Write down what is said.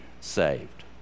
saved